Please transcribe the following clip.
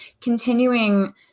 continuing